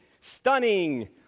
stunning